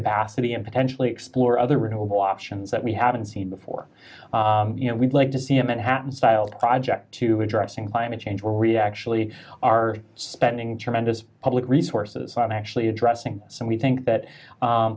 capacity and potentially explore other renewable options that we haven't seen before you know we'd like to see a manhattan style project to addressing climate change we're really actually are spending tremendous public resources on actually addressing so we think that